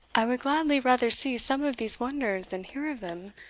i would gladly rather see some of these wonders than hear of them,